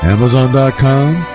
Amazon.com